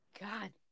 God